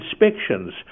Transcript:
inspections